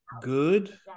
good